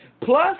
Plus